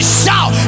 shout